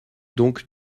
donc